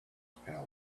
palate